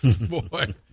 Boy